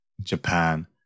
Japan